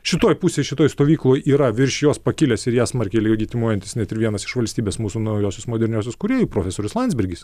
šitoj pusėj šitoj stovykloj yra virš jos pakilęs ir ją smarkiai legitimuojantis net ir vienas iš valstybės mūsų naujosios moderniosios kūrėjų profesorius landsbergis